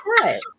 Right